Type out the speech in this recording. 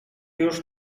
już